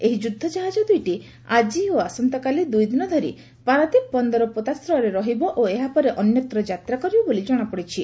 ଏହି ଯୁଦ୍ଧଜାହାଜ ଦୁଇଟି ଆଜି ଓ ଆସନ୍ତାକାଲି ଦୁଇଦିନ ଧରି ପାରାଦୀପ ବନ୍ଦର ପୋତାଶ୍ରୟରେ ରହିବ ଓ ଏହା ପରେ ଅନ୍ୟତ୍ର ଯାତ୍ରା କରିବ ବୋଲି ଜଶାପଡିଛି